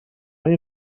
این